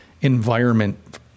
environment